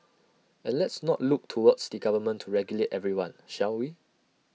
and let's not look towards the government to regulate everyone shall we